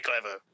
clever